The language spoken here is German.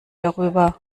darüber